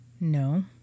No